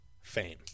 fame